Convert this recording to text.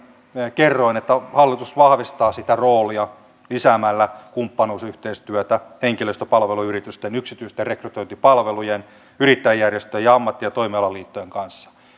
kerroin että hallitus vahvistaa sitä roolia lisäämällä kumppanuusyhteistyötä henkilöstöpalveluyritysten yksityisten rekrytointipalvelujen yrittäjäjärjestöjen ja ammatti ja toimialaliittojen kanssa